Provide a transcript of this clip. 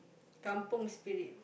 kampung Spirit